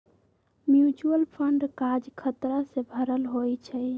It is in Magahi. म्यूच्यूअल फंड काज़ खतरा से भरल होइ छइ